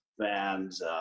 fans